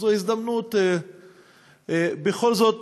אז זו הזדמנות בכל זאת